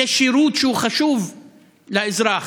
זה שירות שהוא חשוב לאזרח.